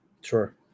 Sure